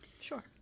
Sure